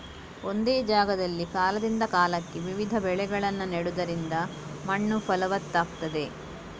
ಒಂದೇ ಜಾಗದಲ್ಲಿ ಕಾಲದಿಂದ ಕಾಲಕ್ಕೆ ವಿವಿಧ ಬೆಳೆಗಳನ್ನ ನೆಡುದರಿಂದ ಮಣ್ಣು ಫಲವತ್ತಾಗ್ತದೆ